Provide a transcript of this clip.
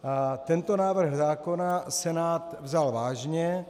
A tento návrh zákona Senát vzal vážně.